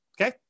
Okay